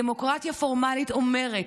דמוקרטיה פורמלית אומרת: